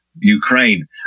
Ukraine